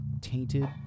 tainted